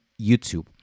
YouTube